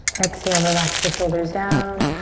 exhale, relax the shoulders down.